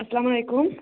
اَسلام علیکُم